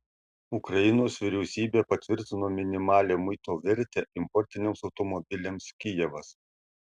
ukrainos vyriausybė patvirtino minimalią muito vertę importiniams automobiliams kijevas